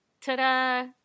ta-da